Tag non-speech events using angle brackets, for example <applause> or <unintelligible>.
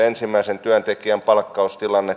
<unintelligible> ensimmäisen työntekijän palkkaustilanne <unintelligible>